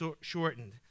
shortened